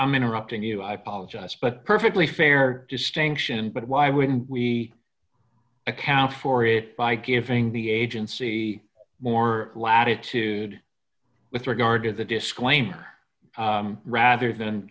interrupting you i apologize but perfectly fair distinction but why wouldn't we account for it by giving the agency more latitude with regard to the disclaimer rather than